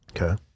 Okay